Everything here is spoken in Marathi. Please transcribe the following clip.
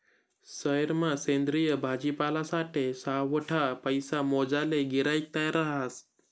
सयेरमा सेंद्रिय भाजीपालासाठे सावठा पैसा मोजाले गिराईक तयार रहास